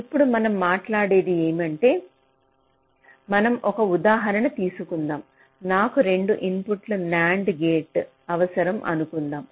ఇప్పుడు మనం మాట్లాడేది ఏమిటంటే మనం ఒక ఉదాహరణ తీసుకుందాం నాకు 2 ఇన్పుట్ NAND గేట్ అవసరం అనుకుందాం